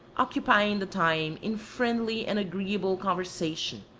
occupying the time in friendly and agreeable conversation,